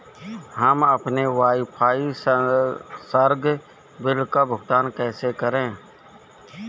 हम अपने वाईफाई संसर्ग बिल का भुगतान कैसे करें?